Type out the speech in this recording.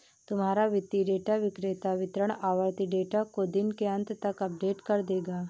तुम्हारा वित्तीय डेटा विक्रेता वितरण आवृति डेटा को दिन के अंत तक अपडेट कर देगा